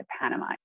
Panama